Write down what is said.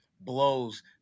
blows